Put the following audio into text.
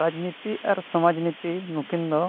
ᱨᱟᱡᱽᱱᱤᱛᱤ ᱟᱨ ᱥᱚᱢᱟᱡᱽ ᱱᱤᱛᱤ ᱱᱩᱠᱤᱱ ᱫᱚ